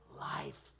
life